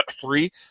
three